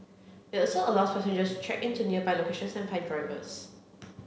it also allows passengers check in to nearby locations and find drivers